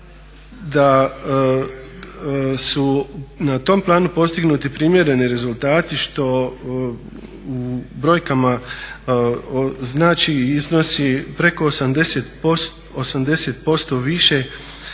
da su na tom planu postignuti primjereni rezultati što u brojkama znači i iznosi preko 80% više